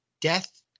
death